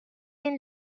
این